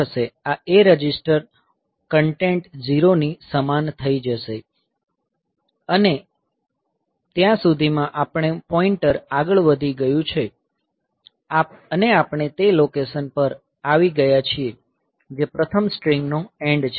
આ A register content 0 ની સમાન થઈ જશે અને ત્યાં સુધીમાં આપણું પોઈન્ટર આગળ વધી ગયું છે અને આપણે તે લોકેશન પર આવી ગયા છીએ જે પ્રથમ સ્ટ્રિંગનો એન્ડ છે